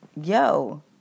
yo